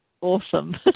awesome